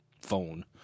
phone